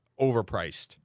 overpriced